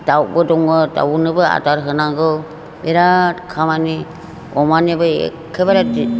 दाउबो दङ दाउनोबो आदार होनांगौ बेराद खामानि अमानोबो एखेबारे